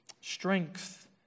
strength